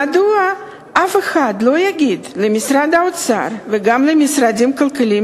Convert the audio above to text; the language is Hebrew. מדוע אף אחד לא יגיד למשרד האוצר וגם למשרדים כלכליים